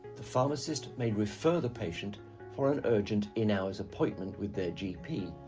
the pharmacist may refer the patient for an urgent in-hours appointment with their gp,